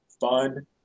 fun